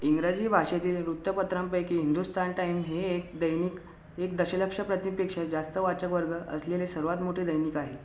इंग्रजी भाषेतील वृत्तपत्रांपैकी हिंदुस्तान टाईम हे एक दैनिक एक दशलक्ष प्रतींपेक्षा जास्त वाचकवर्ग असलेले सर्वात मोठे दैनिक आहे